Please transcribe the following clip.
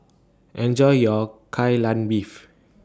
Enjoy your Kai Lan Beef